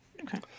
Okay